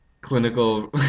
clinical